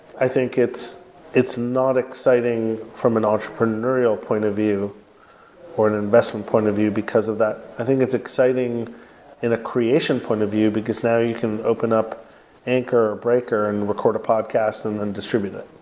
i think it's it's not exciting from an entrepreneurial point of view or an investment point of view because of that. i think it's exciting in a creation point of view because now you can open up anchor or a breaker and record a podcast and then distribute it.